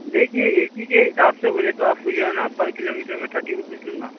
دیکھیے A C کے حساب سے بولے تو آپ کو جو ہے نا پر کلو میٹر میں ٹھٹی روپیس لوں گا